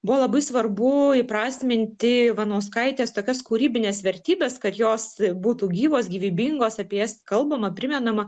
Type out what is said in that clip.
buvo labai svarbu įprasminti ivanauskaitės tokias kūrybines vertybes kad jos būtų gyvos gyvybingos apie jas kalbama primenama